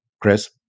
Chris